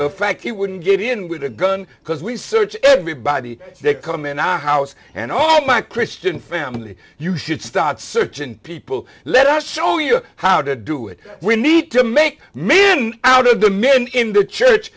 the fact he wouldn't get in with a gun because we search everybody they come in our house and all my christian family you should stop searching people let us show you how to do it we need to make men out of the men in the church